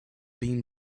beam